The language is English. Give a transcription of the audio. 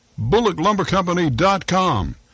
BullockLumberCompany.com